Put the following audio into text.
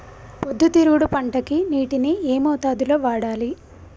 పొద్దుతిరుగుడు పంటకి నీటిని ఏ మోతాదు లో వాడాలి?